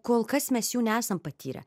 kol kas mes jų nesam patyrę